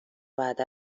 بعد